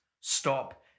stop